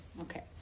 Okay